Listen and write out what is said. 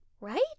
right